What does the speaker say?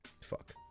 Fuck